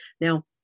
Now